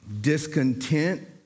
discontent